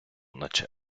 наче